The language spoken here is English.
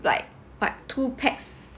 like like two pax